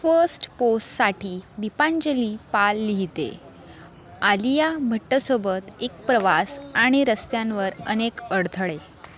first पोस्टसाठी दीपांजली पाल लिहिते आलिया भट्टसोबत एक प्रवास आणि रस्त्यांवर अनेक अडथळे